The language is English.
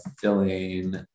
filling